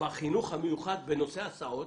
בחינוך המיוחד בנושא הסעות,